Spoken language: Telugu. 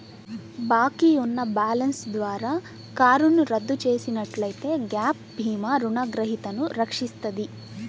బాకీ ఉన్న బ్యాలెన్స్ ద్వారా కారును రద్దు చేసినట్లయితే గ్యాప్ భీమా రుణగ్రహీతను రక్షిస్తది